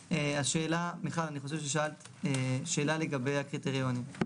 מיכל, אני חושב ששאלת שאלה לגבי הקריטריונים.